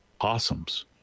possums